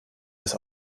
bis